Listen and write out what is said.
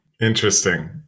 Interesting